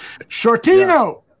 Shortino